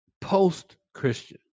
post-Christian